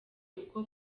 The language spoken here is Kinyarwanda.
uko